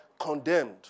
condemned